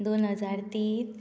दोन हजार तीन